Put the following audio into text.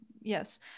yes